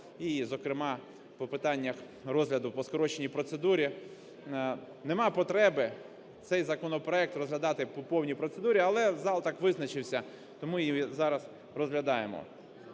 і, зокрема, по питаннях розгляду по скороченій процедурі. Нема потреби цей законопроект розглядати по повній процедурі, але зал так визначився, тому і зараз розглядаємо.